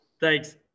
Thanks